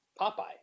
Popeye